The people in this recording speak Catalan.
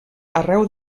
arreu